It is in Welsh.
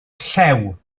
llew